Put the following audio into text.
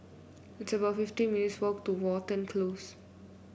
it's about fifty minutes' walk to Watten Close